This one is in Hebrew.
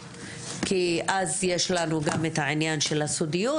כי אז יש לנו גם את העניין של הסודיות,